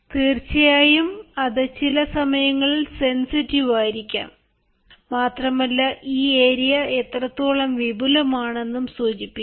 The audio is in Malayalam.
തീർച്ചയായും അത് ചില സമയങ്ങളിൽ സെൻസിറ്റീവ് ആയിരിക്കാം മാത്രമല്ല ഈ ഏരിയ എത്രത്തോളം വിപുലമാണെന്നും സൂചിപ്പിക്കുന്നു